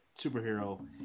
superhero